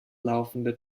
laufende